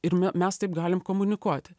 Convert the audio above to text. ir me mes taip galim komunikuoti